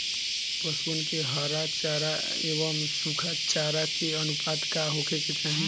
पशुअन के हरा चरा एंव सुखा चारा के अनुपात का होखे के चाही?